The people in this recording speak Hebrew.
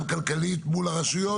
גם כלכלית מול הרשויות?